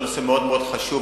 שהוא נושא מאוד חשוב,